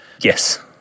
Yes